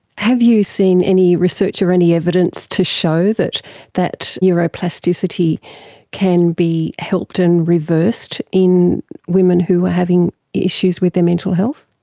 have you seen any research or any evidence to show that that neuroplasticity can be helped and reversed in women who are having issues with their mental health?